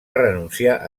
renunciar